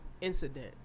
incident